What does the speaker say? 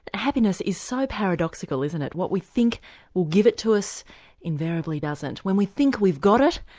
happiness is so paradoxical, isn't it? what we think will give it to us invariably doesn't. when we think we've got it,